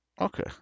Okay